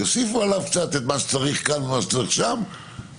יוסיפו עליו קצת את מה שצריך כאן ומה שצריך שם בצורה